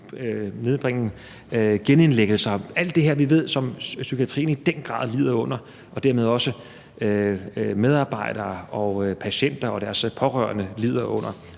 nedbringe genindlæggelser og alt det her, som vi ved psykiatrien i den grad lider under, og som medarbejdere, patienter og deres pårørende dermed